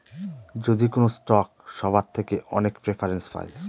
যদি কোনো স্টক সবার থেকে অনেক প্রেফারেন্স পায়